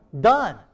Done